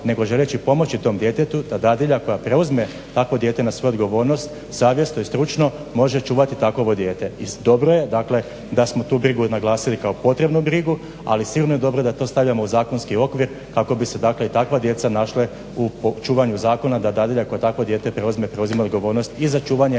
nego želeći pomoći tom djetetu da dadilja koja preuzme takvo dijete na svoju odgovornost savjesno i stručno može čuvati takvo dijete. I dobro je dakle da smo tu brigu naglasili kao potrebnu brigu, ali sigurno je dobro da to stavljamo u zakonski okvir kako bi se dakle i takva djeca našla u čuvanju zakonu da dadilja koja takvo dijete preuzme preuzima odgovornost i za čuvanje,